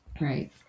Right